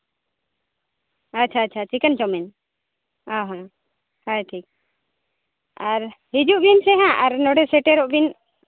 ᱟᱪᱪᱷᱟ ᱟᱪᱪᱷᱟ ᱟᱪᱪᱷᱟ ᱪᱤᱠᱮᱱ ᱪᱟᱣᱢᱤᱱ ᱚ ᱦᱚᱸ ᱟᱪᱪᱷᱟ ᱴᱷᱤᱠ ᱟᱨ ᱦᱤᱡᱩᱜ ᱵᱤᱱ ᱥᱮ ᱦᱟᱸᱜ ᱟᱨ ᱱᱚᱸᱰᱮ ᱥᱮᱴᱮᱨᱚᱜ ᱵᱤᱱ